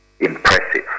impressive